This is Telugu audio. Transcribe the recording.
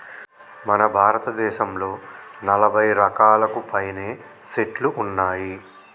మన భారతదేసంలో నలభై రకాలకు పైనే సెట్లు ఉన్నాయి